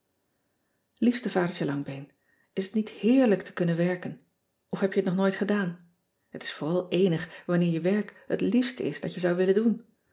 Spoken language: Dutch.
iefste adertje angbeen s het niet heerlijk te kunnen werken f heb je het nog nooit gedaan et is vooral eenig wanneer je work het liefste is dat je zou willen doen